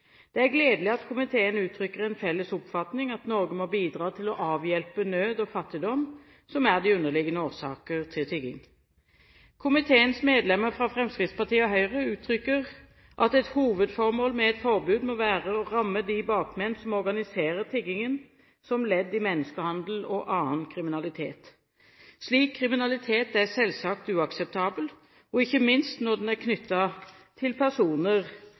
Det er gledelig at komiteen uttrykker den felles oppfatning at Norge må bidra til å avhjelpe nød og fattigdom, som er de underliggende årsaker til tigging. Komiteens medlemmer fra Fremskrittspartiet og Høyre uttrykker at et hovedformål med et forbud må være å ramme de bakmenn som organiserer tiggingen, som ledd i menneskehandel og annen kriminalitet. Slik kriminalitet er selvsagt uakseptabel, og ikke minst når den er knyttet til personer